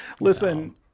Listen